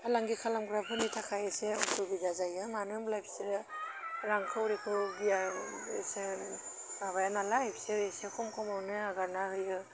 फालांगि खालामग्राफोरनि थाखाय इसे उसुबिदा जायो मानो होमब्ला बिसोरो रांखाउरिखौ गिया बेसेन माबाया नालाय बिसोर एसे खम खमावनो एगारना होयो